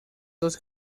dos